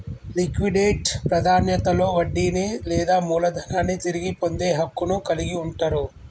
liquidate ప్రాధాన్యతలో వడ్డీని లేదా మూలధనాన్ని తిరిగి పొందే హక్కును కలిగి ఉంటరు